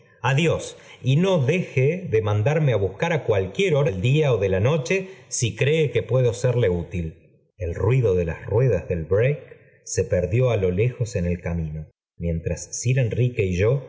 adiós y no deje de man darme buscar á cualquier hora del día ó de la noohe si cree que puedo serle útil i el ruido de las ruedas del break se perdió á lo f jejos en el camino mientras sir enrique